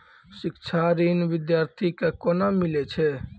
शिक्षा ऋण बिद्यार्थी के कोना मिलै छै?